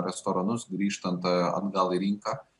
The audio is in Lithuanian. restoranus grįžtant atgal į rinką